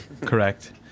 Correct